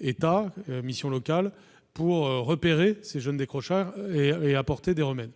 État, missions locales -pour repérer ces jeunes décrocheurs et apporter des remèdes.